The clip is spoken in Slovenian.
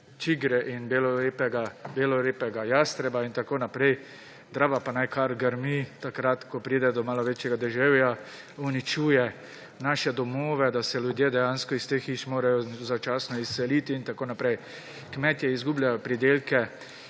čigre in belorepega jastreba in tako naprej, Drava pa naj kar grmi takrat, ko pride do malo večjega deževja, uničuje naše domove, da se ljudje dejansko iz teh hiš morajo začasno izseliti in tako naprej; kmetje izgubljajo pridelke